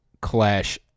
clash